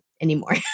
anymore